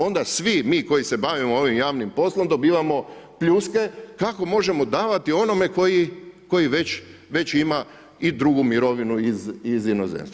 Onda svi mi koji se bavimo ovim javnim poslom dobivamo pljuske, kako možemo davati onome koji već ima i drugu mirovinu iz inozemstva.